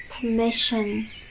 permission